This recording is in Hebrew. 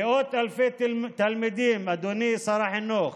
מאות אלפי תלמידים, אדוני שר החינוך,